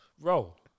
Roll